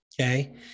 Okay